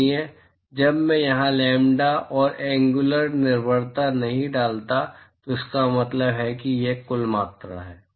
इसलिए जब मैं यहां लैम्ब्डा और एंग्युलर निर्भरता नहीं डालता तो इसका मतलब है कि यह कुल मात्रा है